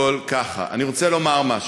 ככה, אני רוצה לומר משהו.